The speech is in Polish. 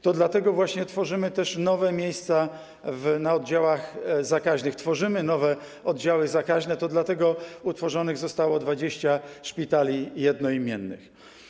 To dlatego właśnie tworzymy nowe miejsca na oddziałach zakaźnych, tworzymy nowe oddziały zakaźne, to dlatego utworzonych zostało 20 szpitali jednoimiennych.